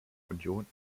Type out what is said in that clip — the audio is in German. union